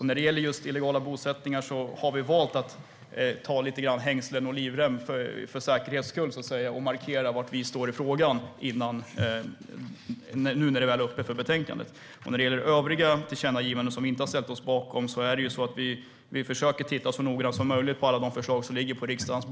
När det gäller just illegala bosättningar har vi valt att så att säga ha både hängslen och livrem för säkerhets skull, för att markera var vi står i frågan. När det gäller övriga tillkännagivanden, som vi inte har ställt oss bakom, vill jag säga att vi försöker titta så noga som möjligt på alla de förslag som är uppe.